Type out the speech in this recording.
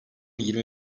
yirmi